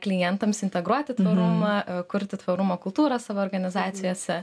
klientams integruoti tvarumą kurti tvarumo kultūrą savo organizacijose